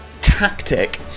Tactic